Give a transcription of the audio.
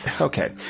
okay